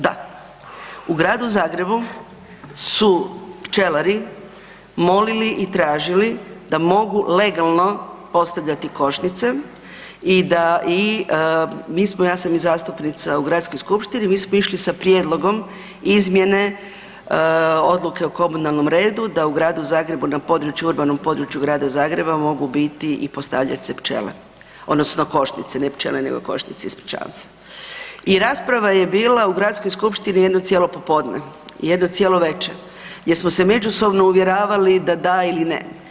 Da, u gradu Zagrebu su pčelari molili i tražili da mogu legalno postavljati košnice i da, mi smo, ja sam i zastupnica u Gradskoj skupštini, mi smo išli sa prijedlogom izmjene Odluke o komunalnom redu da u gradu Zagrebu na području, urbanom području grada Zagreba mogu biti i postavljati se pčele, odnosno košnice, ne pčele nego košnice, ispričavam se, i rasprava je bila u Gradskoj skupštini jedno cijelo popodne i jedno cijelo veće jer smo međusobno uvjeravali da da ili ne.